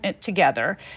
together